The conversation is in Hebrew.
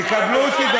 יקבלו אותי.